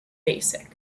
basic